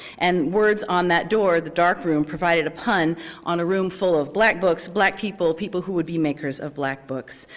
and words on that door, the dark room, provided a pun on a room full of black books, black people, people who would be makers of black books,